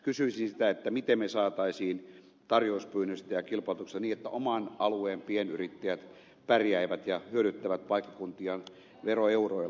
nimenomaan kysyisin sitä miten me saisimme tarjouspyynnöistä ja kilpailutuksesta sellaiset että oman alueen pienyrittäjät pärjäävät ja hyödyttävät paikkakuntiaan veroeuroilla